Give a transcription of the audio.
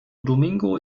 domingo